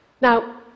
Now